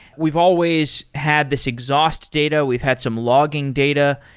we've always had this exhaust data. we've had some logging data,